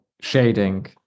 shading